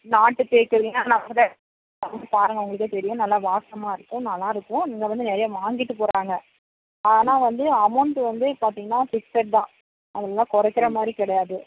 நாட்டு தேக்கு வந்து பாருங்க உங்களுக்கே தெரியும் நல்லா வாசமாக இருக்கும் நல்லா இருக்கும் இங்கே வந்து நிறையா வாங்கிகிட்டு போகிறாங்க ஆனால் வந்து அமௌண்ட்டு வந்து பார்த்தீங்கனா ஃபிக்ஸட் தான் அதெல்லாம் குறைக்கிற மாதிரி கிடையாது